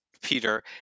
Peter